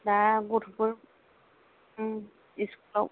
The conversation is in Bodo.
दा गथ'फोर उम स्कुलाव